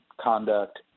conduct